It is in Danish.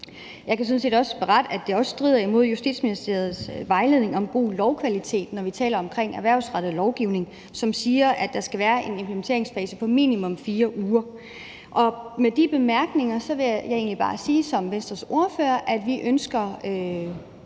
Jeg kan også berette, at det strider imod Justitsministeriets vejledning om god lovkvalitet, når vi taler om erhvervsrettet lovgivning, som siger, at der skal være en implementeringsfase på minimum 4 uger. Med de bemærkninger vil jeg egentlig bare som Venstres ordfører sige, at vi ønsker